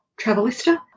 travelista